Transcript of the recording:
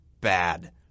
bad